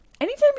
Anytime